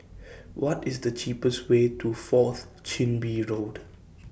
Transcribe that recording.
What IS The cheapest Way to Fourth Chin Bee Road